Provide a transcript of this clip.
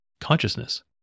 consciousness